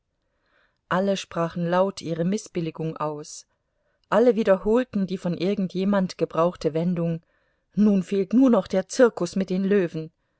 alle sprachen laut ihre mißbilligung aus alle wiederholten die von irgend jemand gebrauchte wendung nun fehlt nur noch der zirkus mit den löwen